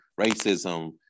racism